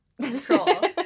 Control